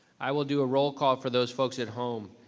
i will do a roll call for those folks at home.